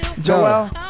Joel